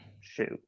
shoot